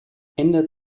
ändert